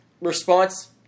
response